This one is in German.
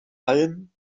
allem